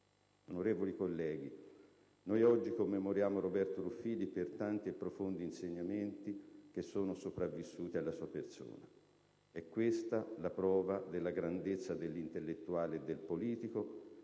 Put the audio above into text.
Onorevoli colleghi, noi oggi commemoriamo Roberto Ruffilli per tanti e profondi insegnamenti che sono sopravvissuti alla sua persona. È questa la prova della grandezza dell'intellettuale e del politico,